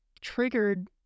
triggered